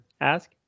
ask